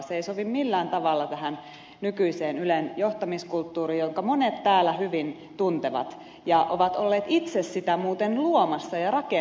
se ei sovi millään tavalla tähän nykyiseen ylen johtamiskulttuuriin jonka monet täällä hyvin tuntevat ja jota ovat olleet itse sitä muuten luomassa ja rakentamassa